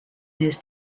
news